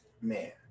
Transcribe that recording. man